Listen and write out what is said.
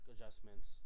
adjustments